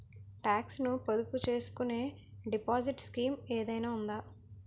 Talks ను పొదుపు చేసుకునే డిపాజిట్ స్కీం ఏదైనా ఉందా?